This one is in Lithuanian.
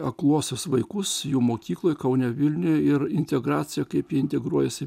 akluosius vaikus jų mokykloje kaune vilniuje ir integraciją kaip jie integruojasi